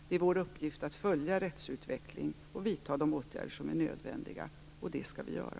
Det är vår uppgift att följa rättsutvecklingen och vidta de åtgärder som är nödvändiga, och det skall vi göra.